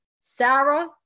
Sarah